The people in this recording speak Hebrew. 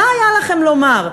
מה היה לכם לומר,